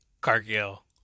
Cargill